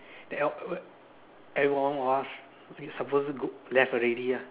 then ev~ everyone was supposed to go left already lah